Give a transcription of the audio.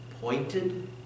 pointed